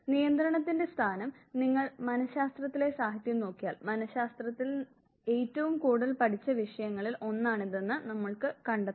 നിയന്ത്രണത്തിന്റെ സ്ഥാനം നിങ്ങൾ മനശാസ്ത്രത്തിലെ സാഹിത്യം നോക്കിയാൽ മനശാസ്ത്രത്തിൽ ഏറ്റവും കൂടുതൽ പഠിച്ച വിഷയങ്ങളിൽ ഒന്നാണിതെന്ന് നമ്മൾ കണ്ടെത്തും